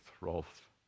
Rolf